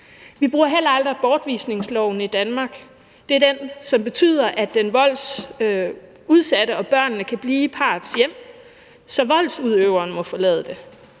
Vi bruger heller aldrig bortvisningsloven i Danmark. Det er den, som betyder, at den voldsudsatte og børnene kan blive i parrets hjem, så voldsudøveren må forlade det.